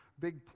big